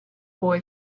boy